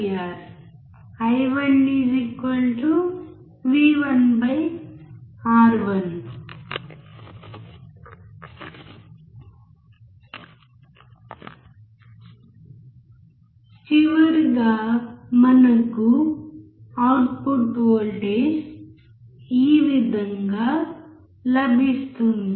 i 1 V 1 R 1 చివరగా మనకు output voltage ఈ విధంగా లభిస్తుంది